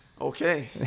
Okay